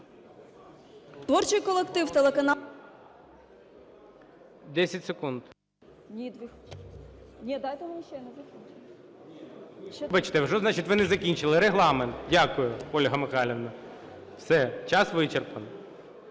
Дякую, Ольга Михайлівна. Все. Час вичерпано.